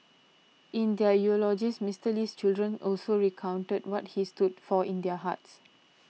in their eulogies Mister Lee's children also recounted what he stood for in their hearts